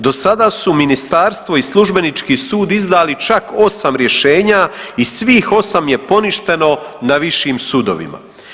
Dosada su ministarstvo i Službenički sud izdali čak 8 rješenja i svih 8 je poništeno na višim sudovima.